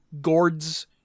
gourds